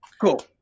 Cool